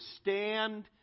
stand